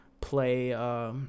play –